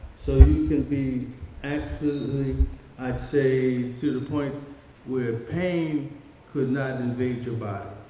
so you could be actually i'd say to the point where pain could not invade your body.